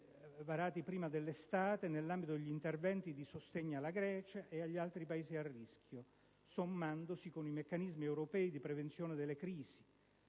varati prima dell'estate, nell'ambito degli interventi di sostegno alla Grecia e agli altri Paesi a rischio, sommandosi con i meccanismi europei di prevenzione delle crisi: